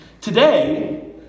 Today